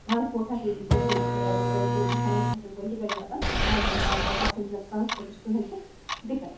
transport facility چھےٚ آسان اَصٕل پٲٹھۍ available twenty four into seven یِم کھسن کُنہِ تہِ گاڑِ یِم واتن گاندربل ٹونَس منٛز اتھ چھنہٕ گژھان ٹرانپورٹٕچ کہٕنۍ تہِ دکت